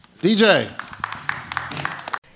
dj